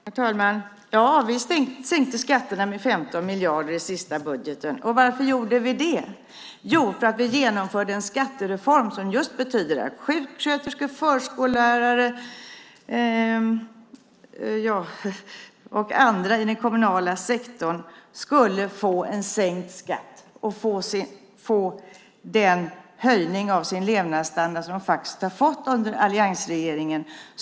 Herr talman! Vi sänkte skatterna med 15 miljarder i senaste budgeten, och varför gjorde vi det? Jo, för att vi genomförde en skattereform som innebar att just sjuksköterskor, förskollärare och andra i den kommunala sektorn skulle få en sänkt skatt och den höjning av levnadsstandarden som de faktiskt har fått under alliansregeringen.